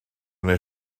neu